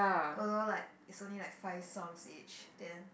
although like is only like five songs each then